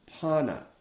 Pana